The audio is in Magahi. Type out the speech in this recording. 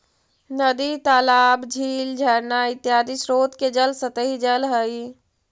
नदी तालाब, झील झरना इत्यादि स्रोत के जल सतही जल हई